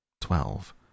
Twelve